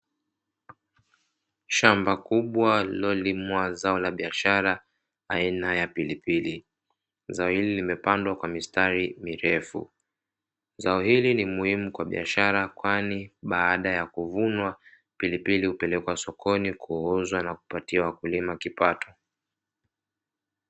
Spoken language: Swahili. Shamba kubwa lililolimwa zao la biashara aina ya pilipili zao hili limepandwa kwa mistari mirefu, zao hili ni muhimu kwa biashara kwani baada ya kuvunwa pilipili upelekwa sokoni kuuzwa na kupatia wakulima kipato.